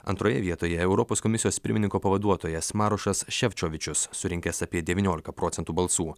antroje vietoje europos komisijos pirmininko pavaduotojas marošas šepčiovičius surinkęs apie devyniolika procentų balsų